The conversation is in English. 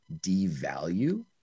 devalue